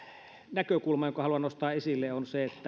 näkökulma jonka haluan nostaa esille on se että